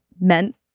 meant